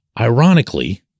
ironically